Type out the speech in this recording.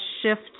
shift